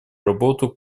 работу